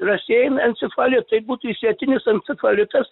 rasejanij encefalit encefalitas